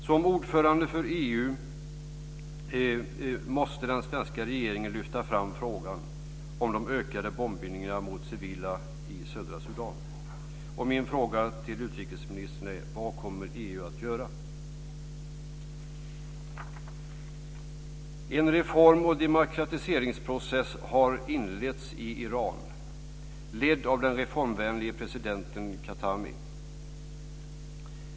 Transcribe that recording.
Som ordförande för EU måste den svenska regeringen lyfta fram frågan om de ökade bombningarna mot de civila i södra Sudan. Vad kommer EU att göra, utrikesministern? En reform och demokratiseringsprocess har inletts i Iran, ledd av den reformvänlige presidenten Khatami.